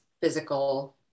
physical